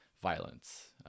violence